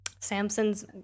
Samson's